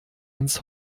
ins